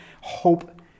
Hope